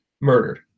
murdered